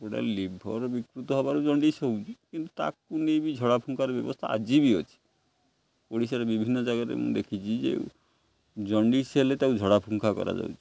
ଯେଉଁଟା ଲିଭର ବିକୃତ ହବାରୁ ଜଣ୍ଡିସ ହେଉଛି କିନ୍ତୁ ତାକୁ ନେଇ ବି ଝଡ଼ା ଫୁଙ୍କାର ବ୍ୟବସ୍ଥା ଆଜି ବି ଅଛି ଓଡ଼ିଶାରେ ବିଭିନ୍ନ ଜାଗାରେ ମୁଁ ଦେଖିଛି ଯେ ଜଣ୍ଡିସ୍ ହେଲେ ତାକୁ ଝଡ଼ା ଫୁଙ୍କା କରାଯାଉଛି